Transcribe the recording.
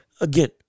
again